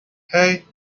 hey